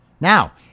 Now